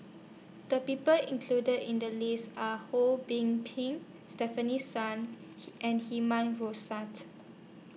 The People included in The list Are Ho Kwon Ping Stefanie Sun He and Herman